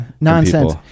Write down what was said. nonsense